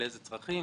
לאיזה צרכים,